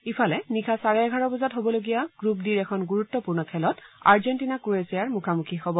ইফালে নিশা চাৰে এঘাৰ বজাত হ'বলগীয়া গ্ৰুপ ডিৰ এখন গুৰুত্বপূৰ্ণ খেলত আৰ্জেণ্টিনা ক্ৰোয়েছিয়াৰ মুখামুখি হব